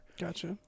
Gotcha